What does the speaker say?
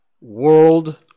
World